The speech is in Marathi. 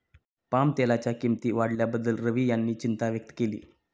पामतेलाच्या किंमती वाढल्याबद्दल रवी यांनी चिंता व्यक्त केली